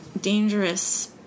dangerous